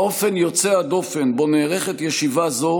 האופן יוצא הדופן שבו נערכת ישיבה זו